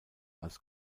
als